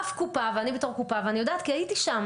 אף קופה, ואני בתור קופה יודעת כי הייתי שם